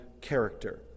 character